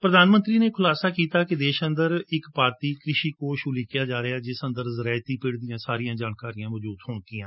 ਪ੍ਰਧਾਨ ਮੰਤਰੀ ਨੇ ਖੁਲਾਸਾ ਕੀਤਾ ਕਿ ਦੇਸ਼ ਅੰਦਰ ਇੱਕ ਭਾਰਤੀ ਕ੍ਰਿਸ਼ੀ ਕੋਸ਼ ਉਲੀਕਿਆ ਜਾ ਰਿਹੈ ਜਿਸ ਅੰਦਰ ਜ਼ਰਾਇਤੀ ਪਿੜ ਦੀਆਂ ਸਾਰੀਆਂ ਜਾਣਕੀਆਂ ਮੌਚੁਦ ਹੋਣਗੀਆਂ